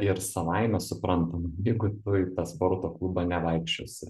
ir savaime suprantama jeigu tu į tą sporto klubą nevaikščiosi